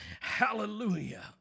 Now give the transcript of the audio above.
Hallelujah